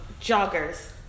Joggers